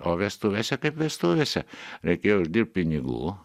o vestuvėse kaip vestuvėse reikėjo uždirbt pinigų